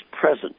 present